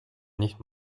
nicht